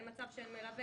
אין מצב שאין מלווה.